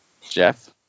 Jeff